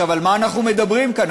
על מה אנחנו מדברים כאן?